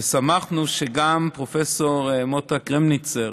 ושמחנו שגם פרופ' מוטה קרמניצר